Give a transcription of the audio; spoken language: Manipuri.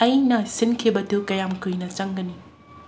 ꯑꯩꯅ ꯁꯤꯟꯈꯤꯕꯗꯨ ꯀꯌꯥꯝ ꯀꯨꯏꯅ ꯆꯪꯒꯅꯤ